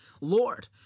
Lord